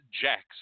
jackson